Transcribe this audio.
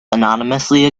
anonymously